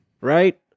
right